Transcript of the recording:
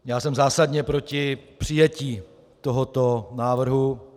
Já jsem zásadně proti přijetí tohoto návrhu.